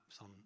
on